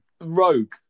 Rogue